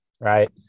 right